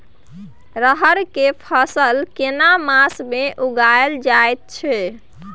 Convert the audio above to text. रहर के फसल केना मास में उगायल जायत छै?